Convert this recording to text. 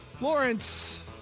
Lawrence